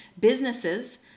Businesses